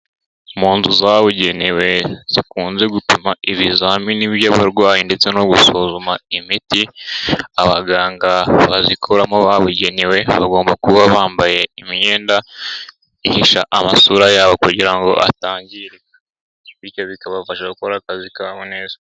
Mu nzu zabugenewe zikunze gupima ibizamini by'abarwayi ndetse no gusuzuma imiti, abaganga bazikoramo babugenewe, bagomba kuba bambaye imyenda ihisha amasura yabo kugira ngo atangirika. Bityo bikabafasha gukora akazi kabo neza.